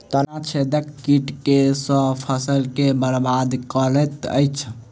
तना छेदक कीट केँ सँ फसल केँ बरबाद करैत अछि?